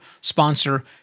sponsor